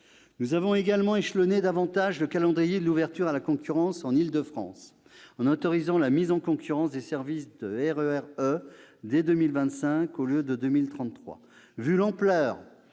Nous avons également davantage échelonné le calendrier de l'ouverture à la concurrence en Île-de-France, en autorisant la mise en concurrence des services du RER E dès 2025 au lieu de 2033. Étant